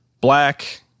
black